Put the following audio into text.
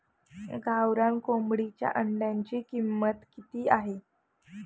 गावरान कोंबडीच्या अंड्याची किंमत किती आहे?